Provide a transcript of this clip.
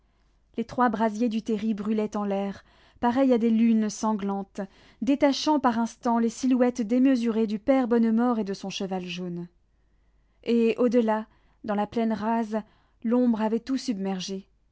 les trois brasiers du terri brûlaient en l'air pareils à des lunes sanglantes détachant par instants les silhouettes démesurées du père bonnemort et de son cheval jaune et au-delà dans la plaine rase l'ombre avait tout submergé